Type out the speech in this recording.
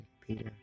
Peter